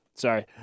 Sorry